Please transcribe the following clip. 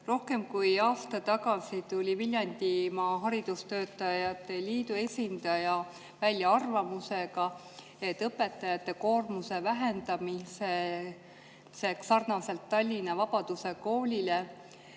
Rohkem kui aasta tagasi tuli Viljandimaa Haridustöötajate Liidu esindaja välja arvamusega, et õpetajate koormuse vähendamiseks võiks sarnaselt Tallinna Vabaduse Kooliga